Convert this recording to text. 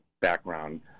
background